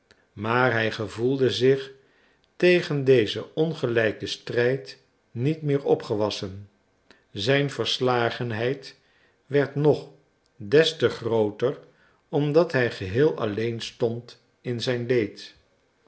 maar hij gevoelde zich tegen dezen ongelijken strijd niet meer opgewassen zijn verslagenheid werd nog des te grooter omdat hij geheel alleen stond in zijn leed